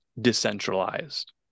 decentralized